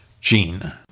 gene